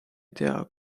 tea